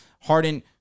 Harden